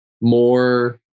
more